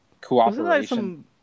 cooperation